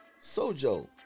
sojo